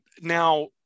Now